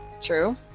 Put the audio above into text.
True